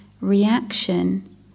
reaction